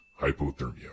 hypothermia